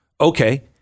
Okay